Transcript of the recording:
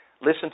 listen